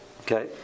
okay